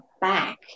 back